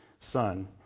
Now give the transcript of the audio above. son